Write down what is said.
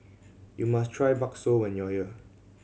you must try bakso when you are here